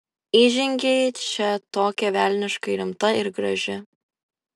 įžengei čia tokia velniškai rimta ir graži